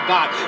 God